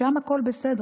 שם הכול בסדר.